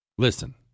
Listen